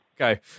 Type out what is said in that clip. Okay